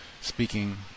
speaking